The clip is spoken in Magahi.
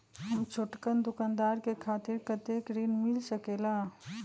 हम छोटकन दुकानदार के खातीर कतेक ऋण मिल सकेला?